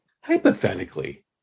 hypothetically